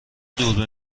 دوربین